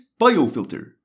biofilter